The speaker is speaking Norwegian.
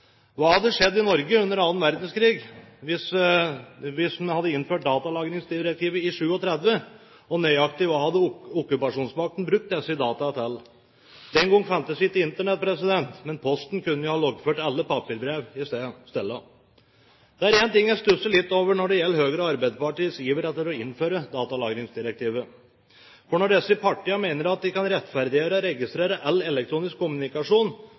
Hva hadde skjedd i Norge under andre verdenskrig hvis en hadde innført datalagringsdirektivet i 1937, og nøyaktig hva hadde okkupasjonsmakten brukt disse dataene til? Den gang fantes ikke Internett, men Posten kunne jo ha loggført alle papirbrev i stedet. Det er én ting jeg stusser litt over når det gjelder Høyres og Arbeiderpartiets iver etter å innføre datalagringsdirektivet. Når disse partiene mener at de kan rettferdiggjøre å registrere all elektronisk kommunikasjon,